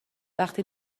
وقتی